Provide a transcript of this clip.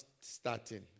starting